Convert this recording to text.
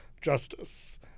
justice